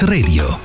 Radio